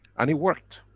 and it worked.